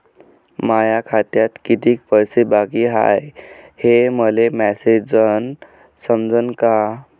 माया खात्यात कितीक पैसे बाकी हाय हे मले मॅसेजन समजनं का?